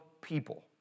people